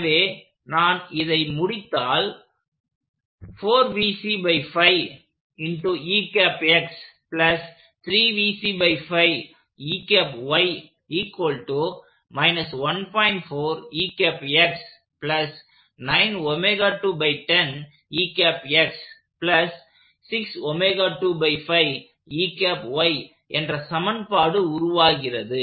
எனவே நான் இதை முடித்தால்என்ற சமன்பாடு உருவாகிறது